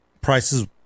prices